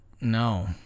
No